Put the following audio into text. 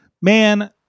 man